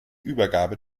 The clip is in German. übergabe